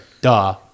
Duh